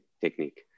technique